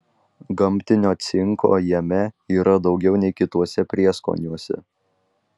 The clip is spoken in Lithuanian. gamtinio cinko jame yra daugiau nei kituose prieskoniuose